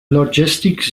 logistics